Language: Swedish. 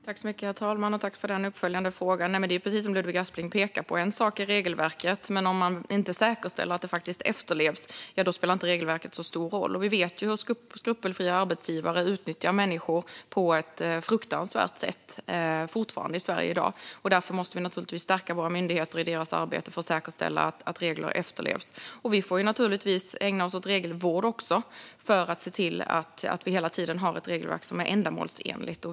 Herr talman! Tack, Ludvig Aspling, för den uppföljande frågan! Det är precis som Ludvig Aspling pekar på: Regelverket är en sak, men om man inte säkerställer att det faktiskt efterlevs spelar inte regelverket så stor roll. Vi vet hur skrupelfria arbetsgivare fortfarande utnyttjar människor på ett fruktansvärt sätt i Sverige i dag. Därför måste vi stärka våra myndigheter i deras arbete för att säkerställa att reglerna efterlevs. Vi får naturligtvis också ägna oss åt regelvård för att se till att vi hela tiden har ett regelverk som är ändamålsenligt.